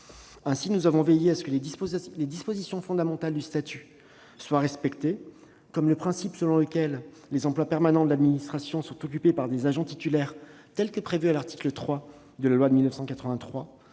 Ainsi, nous avons veillé à ce que les dispositions fondamentales du statut général soient respectées, comme le principe selon lequel les emplois permanents de l'administration sont occupés par des agents titulaires, comme le prévoit l'article 3 de la loi de 1983,